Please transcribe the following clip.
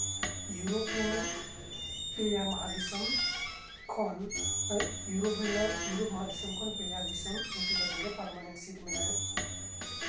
Europe ᱨᱮᱱᱟᱜ ᱯᱮᱭᱟ ᱢᱟᱦᱟ ᱫᱤᱥᱚᱢ ᱤᱭᱳᱨᱳᱯ ᱤᱭᱳᱨᱳᱯ ᱢᱚᱦᱟᱫᱤᱥᱚᱢ ᱠᱷᱚᱱ ᱯᱮᱭᱟ ᱫᱤᱥᱚᱢ ᱯᱟᱨᱢᱟᱱᱮᱱᱴ ᱥᱤᱴ ᱢᱮᱱᱟᱭᱟ